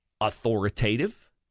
authoritative